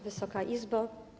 Wysoka Izbo!